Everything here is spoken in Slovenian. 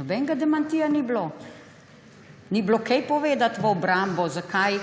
Nobenega demantija ni bilo. Ni bilo kaj povedati v obrambo, zakaj